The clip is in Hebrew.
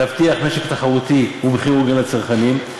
להבטיח משק תחרותי ומחיר הוגן לצרכנים,